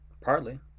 partly